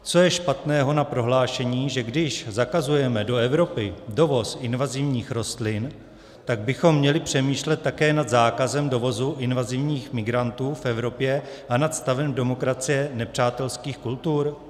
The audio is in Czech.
Co je špatného na prohlášení, že když zakazujeme do Evropy dovoz invazivních rostlin, tak bychom měli přemýšlet také nad zákazem dovozu invazivních migrantů v Evropě a nad stavem demokracie nepřátelských kultur?